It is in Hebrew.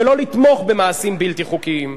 ולא לתמוך במעשים בלתי חוקיים.